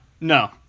No